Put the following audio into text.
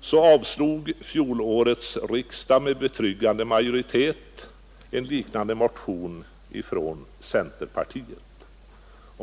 vill jag påminna om att fjolårets riksdag med betryggande majoritet avslog en liknande motion från centerpartiet.